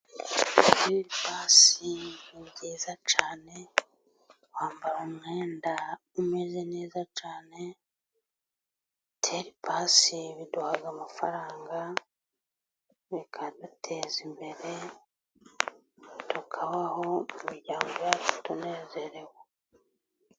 Gutera ipasi ni byiza cyane, wambara umwenda umeze neza cyane, gutera ipasi biduhahaga amafaranga, bikaduteza imbere, tukabaho mu miryango yacu tunezerewe.